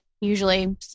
Usually